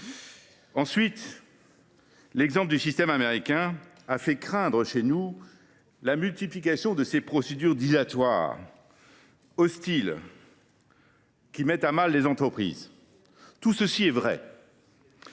Ensuite, l’exemple du système américain a fait craindre, chez nous, la multiplication de procédures dilatoires hostiles, mettant à mal les entreprises. Tout cela est vrai.